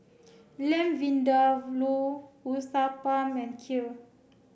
Lamb Vindaloo Uthapam and Kheer